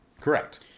Correct